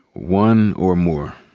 one or more.